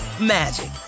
magic